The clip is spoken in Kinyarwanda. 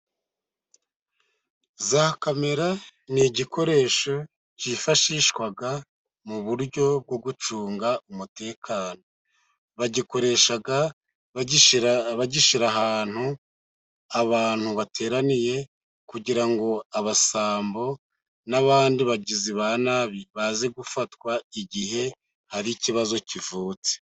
Za kamera ni ibikoresho byifashishwa mu buryo bwo gucunga umutekano. Babikoresha babishyira ahantu abantu bateraniye, kugira ngo abasambo n'abandi bagizi ba nabi baze gufatwa igihe hari ikibazo kivutse.